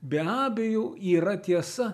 be abejo yra tiesa